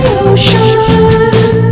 ocean